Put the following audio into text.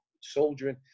soldiering